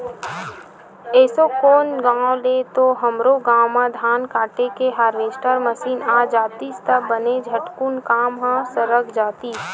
एसो कोन गाँव ले तो हमरो गाँव म धान काटे के हारवेस्टर मसीन आ जातिस त बने झटकुन काम ह सरक जातिस